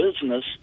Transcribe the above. business